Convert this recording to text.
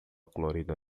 colorida